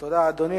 תודה, אדוני.